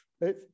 Right